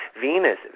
Venus